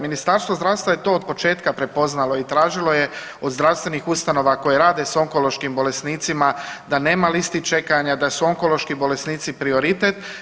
Ministarstvo zdravstva je to od početka prepoznalo i tražilo je od zdravstvenih ustanova koje rade sa onkološkim bolesnicima da nema listi čekanja, da su onkološki bolesnici prioritet.